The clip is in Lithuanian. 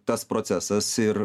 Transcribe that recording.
tas procesas ir